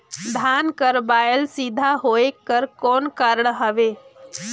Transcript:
धान कर बायल सीधा होयक कर कौन कारण हवे?